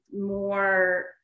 more